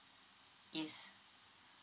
yes